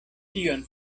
kion